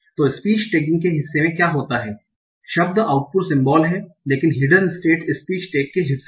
तो speech tagging के हिस्से में क्या होता है शब्द आउटपुट सिम्बल हैं लेकिन हिड्न स्टेट्स स्पीच टैग के हिस्से हैं